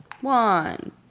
one